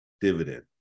dividend